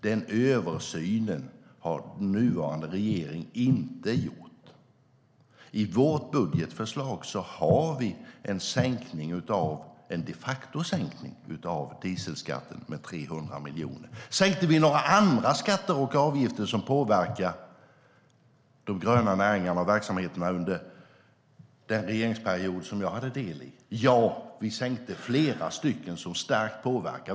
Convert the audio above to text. Den översynen har nuvarande regering inte gjort. I vårt budgetförslag har vi en de-facto-sänkning av dieselskatten med 300 miljoner. Sänkte vi några andra skatter och avgifter som påverkar de gröna näringarna och verksamheterna under den regeringsperiod som jag hade del i? Ja, vi sänkte flera som starkt påverkar.